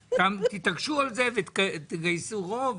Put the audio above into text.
תתעקשו על זה ותגייסו רוב